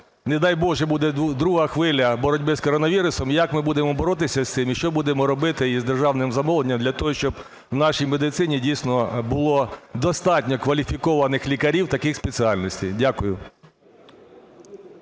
не дай Боже, буде друга хвиля боротьби з коронавірусом? І як ми будемо боротися з цим? І що будемо робити із державним замовленням для того, щоб в нашій медицині, дійсно, було достатньо кваліфікованих лікарів таких спеціальностей? Дякую.